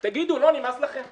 תגידו, לא נמאס לכם?